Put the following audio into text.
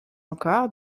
encore